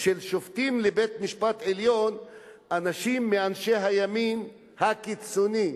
של שופטים לבית-המשפט העליון לאנשים מאנשי הימין הקיצוני,